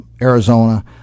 Arizona